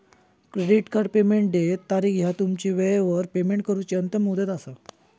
credit card payment देय तारीख ह्या तुमची वेळेवर पेमेंट करूची अंतिम मुदत असा